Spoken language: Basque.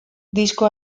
disko